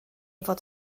fod